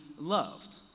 loved